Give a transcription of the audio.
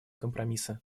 компромиссы